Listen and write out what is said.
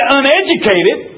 uneducated